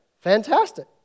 fantastic